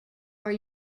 are